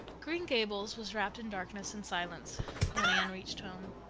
green gables was wrapped in darkness and silence when anne reached home.